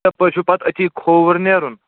تپٲرۍ چھُو پَتہٕ أتی کھۅوُر نیرُن